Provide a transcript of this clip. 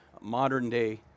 modern-day